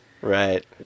right